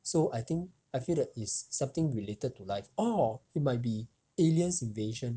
so I think I feel that it's something related to life oh it might be alien's invasion